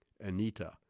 Anita